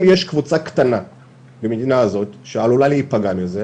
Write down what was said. אם יש קבוצה קטנה במדינה הזאת שעלולה להיפגע מזה,